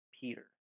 Peter